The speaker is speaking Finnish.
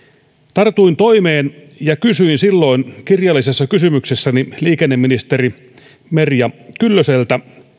tartuin toimeen ja kysyin silloin kirjallisessa kysymyksessäni liikenneministeri merja kyllöseltä